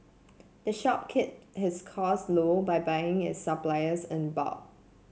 the shop keep his cost low by buying it supplies in bulk